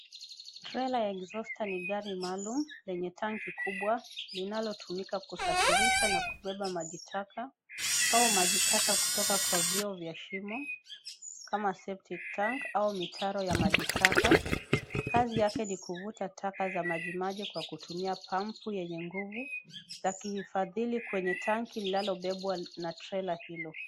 Trela y exhauster ni gari maalum, zenye tanki kubwa. Linalotumika kusafirisha na kubeba maji taka au majitaka kutoka kwa vyoo vya shimo, kama septic tank au mitaro ya maji taka. Kazi yake ni kuvuta taka za majimaji kwa kutumia pampu yenye nguvu, yakiifadhili kwenye tanki linalobebwa na trela hilo.